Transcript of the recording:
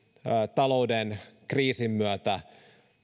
talouden kriisin myötä